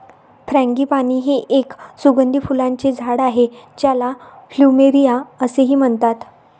frangipani हे एक सुगंधी फुलांचे झाड आहे ज्याला प्लुमेरिया असेही म्हणतात